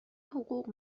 حقوق